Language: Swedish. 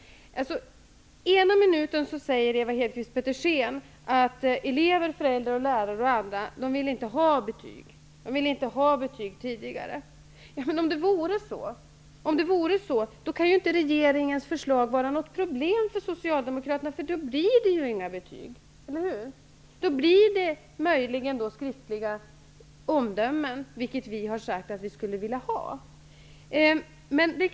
Ena minuten säger Ewa Hedkvist Petersen att elever, föräldrar, lärare och andra inte vill ha betyg tidigare. Om det vore så, kan inte regeringens förslag vara något problem för socialdemokraterna, för då blir det inga betyg, eller hur? Då ges möjligen skriftliga omdömen, vilket vi har sagt att vi skulle vilja ha.